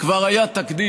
שכבר היה תקדים,